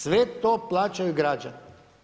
Sve to plaćaju građani.